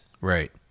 Right